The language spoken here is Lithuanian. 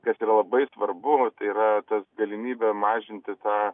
kas yra labai svarbu tai yra tas galimybė mažinti tą